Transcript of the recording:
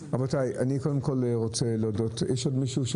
רבותיי, אני קודם כול רוצה להודות יש עוד מישהו?